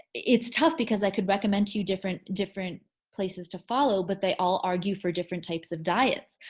it's tough because i could recommend two different different places to follow but they all argue for different types of diets.